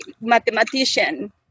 mathematician